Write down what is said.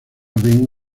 ben